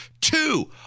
two